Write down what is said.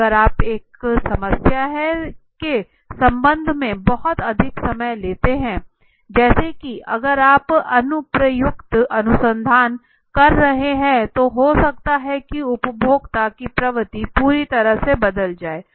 अगर आप एक समस्या है के समाधान में बहुत अधिक समय लेते हैं जैसे की अगर आप अनुप्रयुक्त अनुसंधान कर रहे हैं तो हो सकता है की उपभोक्ता की प्रवृत्ति पूरी तरह से बदल जाये